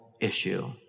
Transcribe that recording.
issue